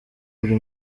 buri